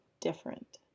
different